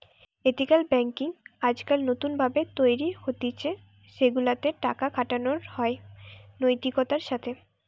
ethical banking আজকাল নতুন ভাবে তৈরী হতিছে সেগুলা তে টাকা খাটানো হয় নৈতিকতার সাথে